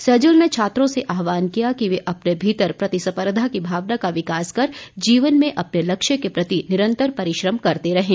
सैजल ने छात्रों से आहवान किया कि वे अपने भीतर प्रतिस्पर्धा की भावना का विकास कर जीवन में अपने लक्ष्य के प्रति निरंतर परिश्रम करते रहें